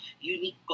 unique